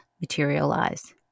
materialize